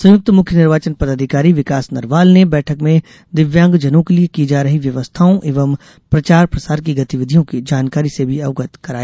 संयुक्त मुख्य निर्वाचन पदाधिकारी विकास नरवाल ने बैठक में दिव्यांगजनों के लिये की जा रही व्यवस्थाओं एवं प्रचार प्रसार की गतिविधियों की जानकारी से भी अवगत कराया